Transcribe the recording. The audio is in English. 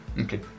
Okay